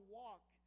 walk